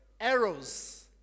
Arrows